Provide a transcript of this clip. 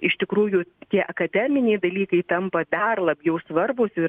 iš tikrųjų tie akademiniai dalykai tampa dar labiau svarbūs ir